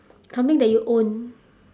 something that you own